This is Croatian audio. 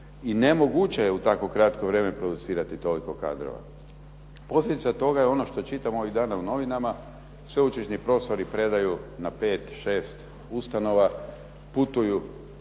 I nemoguće je u tako kratko vrijeme producirati toliko kadrova. Posljedica toga je ono što čitamo ovih dana u novinama, sveučilišni profesori predaju na pet, šest ustanova, putuju,